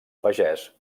pagès